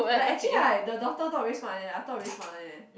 but actually right the daughter not very smart eh I thought very smart one eh